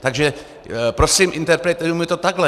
Takže prosím, interpretujme to takhle.